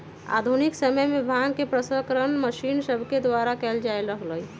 आधुनिक समय में भांग के प्रसंस्करण मशीन सभके द्वारा कएल जाय लगलइ